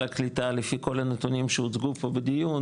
הקליטה לפי כל הנתונים שהוצגו פה בדיון,